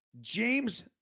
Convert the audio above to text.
James